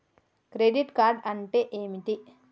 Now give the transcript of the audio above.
Credit card అంటే ఏమిటి?